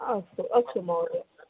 अस्तु अस्तु महोदय